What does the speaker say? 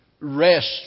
Rest